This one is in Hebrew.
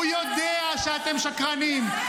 הוא יודע שאתם שקרנים,